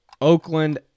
Oakland